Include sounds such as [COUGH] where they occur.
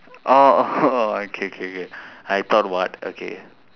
oh [LAUGHS] okay K K I thought what okay